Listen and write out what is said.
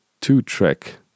two-track